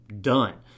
done